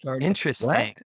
Interesting